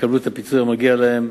יקבלו את הפיצוי המגיע להם,